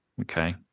okay